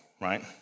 right